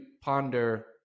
ponder